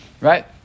Right